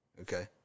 okay